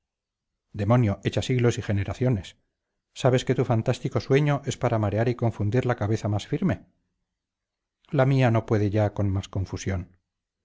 demonio echa siglos y generaciones sabes que tu fantástico sueño es para marear y confundir la cabeza más firme la mía no puede ya con más confusión